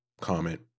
comment